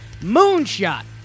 Moonshot